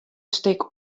stik